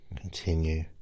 Continue